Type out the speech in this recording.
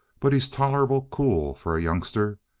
but he's tolerable cool for a youngster.